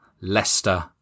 Leicester